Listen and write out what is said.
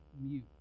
mute